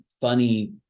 Funny